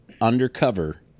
undercover